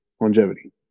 longevity